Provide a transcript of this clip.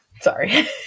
Sorry